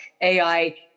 AI